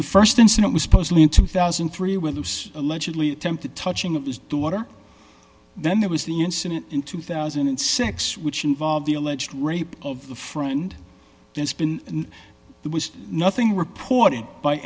the st incident was posed in two thousand and three with allegedly attempted touching of his daughter then there was the incident in two thousand and six which involved the alleged rape of the friend there's been there was nothing reported by